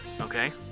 Okay